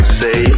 say